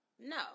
no